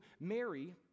Mary